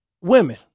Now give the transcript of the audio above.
women